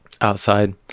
outside